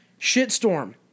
shitstorm